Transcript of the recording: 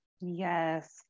Yes